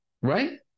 Right